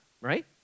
right